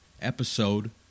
episode